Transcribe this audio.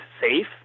safe